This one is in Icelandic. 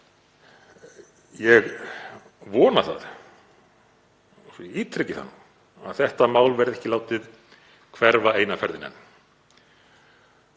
Ég vona, svo að ég ítreki það nú, að þetta mál verði ekki látið hverfa eina ferðina enn.